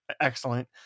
excellent